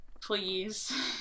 please